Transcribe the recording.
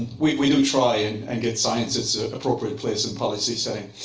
we do try and and get science its appropriate place and policy setting.